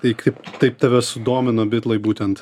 tai kaip taip tave sudomino bitlai būtent